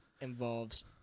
involves